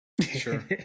Sure